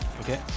Okay